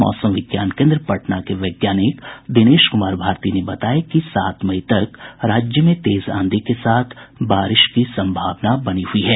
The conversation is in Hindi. मौसम विज्ञान केन्द्र पटना के वैज्ञानिक दिनेश कुमार भारती ने बताया कि सात मई तक राज्य में तेज आंधी के साथ बारिश की संभावना बनी हुई हैं